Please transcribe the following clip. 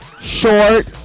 short